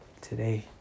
today